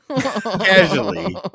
Casually